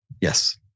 Yes